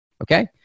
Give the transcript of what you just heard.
Okay